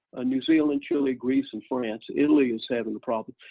ah new zealand, chile, greece and france. italy is having a problem.